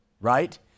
right